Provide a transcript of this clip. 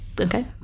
okay